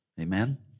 Amen